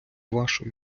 вашої